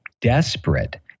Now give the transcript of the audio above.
desperate